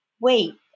wait